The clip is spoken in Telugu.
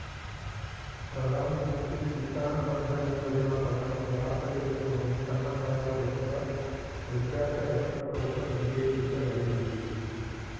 ప్రధాన్ మంత్రి కిసాన్ మన్ధన్ యోజన పథకం భారతదేశంలోని సన్నకారు రైతుల వృద్ధాప్య రక్షణ కోసం ఉద్దేశించబడింది